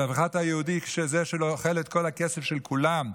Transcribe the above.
של הפיכת היהודי לכזה שאוכל את כל הכסף של כולם,